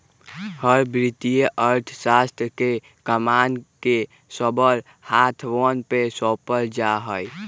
हर वित्तीय अर्थशास्त्र के कमान के सबल हाथवन में सौंपल जा हई